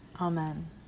amen